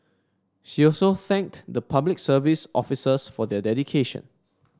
she also thanked the Public Service officers for their dedication